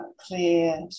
clear